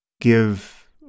give